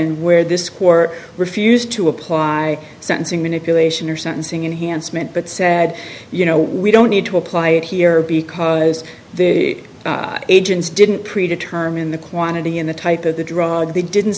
and where this court refused to apply sentencing manipulation or sentencing enhanced meant but said you know we don't need to apply it here because the agents didn't predetermine the quantity in the type of the drug they didn't